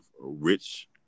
rich